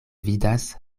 vidas